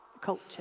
culture